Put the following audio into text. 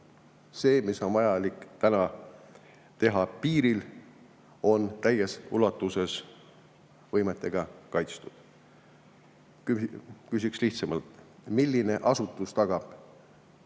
see, mida on vaja täna piiril teha, on täies ulatuses võimetega kaitstud. Küsin lihtsamalt: milline asutus tagab